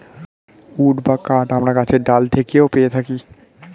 would বা কাঠ আমরা গাছের ডাল থেকেও পেয়ে থাকি